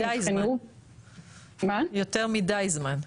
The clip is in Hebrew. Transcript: יותר מידי זמן.